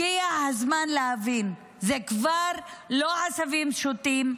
הגיע הזמן להבין: זה כבר לא עשבים שוטים,